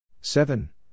Seven